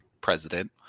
president